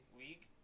league